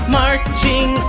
marching